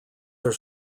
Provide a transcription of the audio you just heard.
are